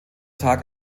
tag